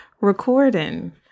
recording